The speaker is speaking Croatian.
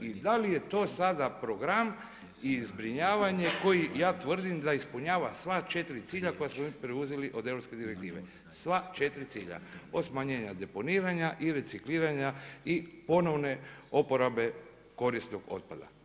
I da li je to sada program i zbrinjavanje koji ja tvrdim da ispunjava sva četiri cilja koja smo mi preuzeli od europske direktive, sva četiri cilja od smanjenja deponiranja i recikliranja i ponovne oporabe korisnog otpada.